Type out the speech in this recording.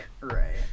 right